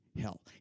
hell